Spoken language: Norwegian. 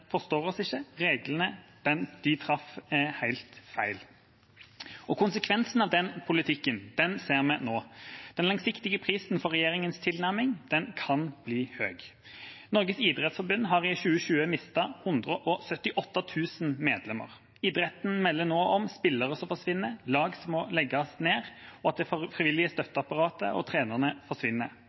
politikken ser vi nå. Den langsiktige prisen for regjeringas tilnærming kan bli høy. Norges idrettsforbund har i 2020 mistet 178 000 medlemmer. Idretten melder nå om spillere som forsvinner, lag som må legges ned, og at det frivillige støtteapparatet og trenerne forsvinner.